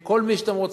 עם כל מי שאתם רוצים,